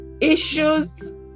issues